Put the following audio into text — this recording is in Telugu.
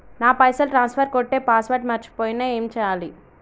నా పైసల్ ట్రాన్స్ఫర్ కొట్టే పాస్వర్డ్ మర్చిపోయిన ఏం చేయాలి?